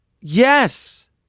yes